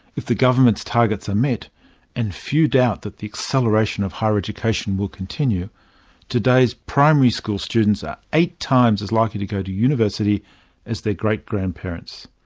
if the government's targets are met and few doubt the acceleration of higher education will continue today's primary school students are eight times as likely to go to university as their great-grandparents.